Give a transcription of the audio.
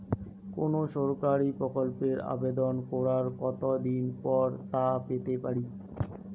কোনো সরকারি প্রকল্পের আবেদন করার কত দিন পর তা পেতে পারি?